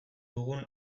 dugun